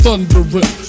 Thundering